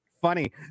funny